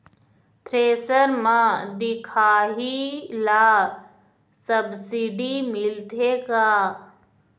Thresher म दिखाही ला सब्सिडी मिलथे का?